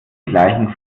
gleichen